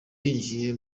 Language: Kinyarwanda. yinjiye